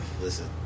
listen